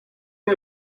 der